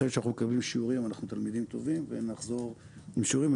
כשאנחנו מקבלים שיעורים אנחנו תלמידים טובים ונחזור עם שיעורים,